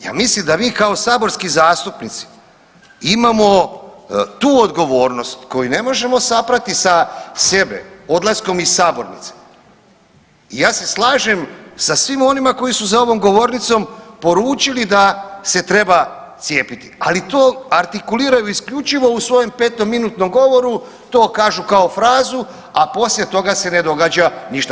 Ja mislim da mi kao saborski zastupnici imamo tu odgovornost koju ne možemo saprati sa sebe odlaskom iz sabornice i ja se slažem sa svima onima koji su za ovom govornicom poručili da se treba cijepiti, ali to artikuliraju isključivo u svojem petominutnom govoru, to kažu kao frazu, a poslije toga se ne događa ništa.